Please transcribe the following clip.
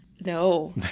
No